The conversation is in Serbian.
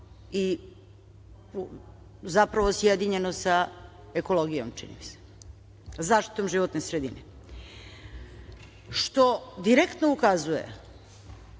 i sjedinjeno sa ekologijom, čini mi se, zaštitom životne sredine. Što direktno ukazuje